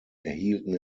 erhielten